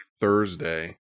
Thursday